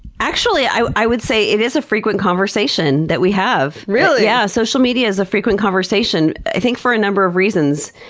actually, i i would say it is a frequent conversation that we have. yeah social media is a frequent conversation. i think for a number of reasons.